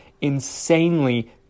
insanely